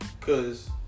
cause